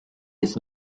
his